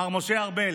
מר משה ארבל,